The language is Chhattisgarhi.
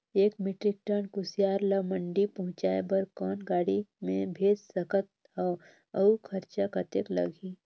एक मीट्रिक टन कुसियार ल मंडी पहुंचाय बर कौन गाड़ी मे भेज सकत हव अउ खरचा कतेक लगही?